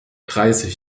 dreißig